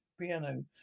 piano